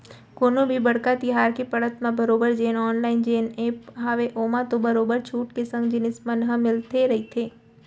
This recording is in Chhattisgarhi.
कोनो भी बड़का तिहार के पड़त म बरोबर जेन ऑनलाइन जेन ऐप हावय ओमा तो बरोबर छूट के संग जिनिस मन ह मिलते रहिथे